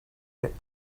get